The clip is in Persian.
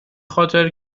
خاطر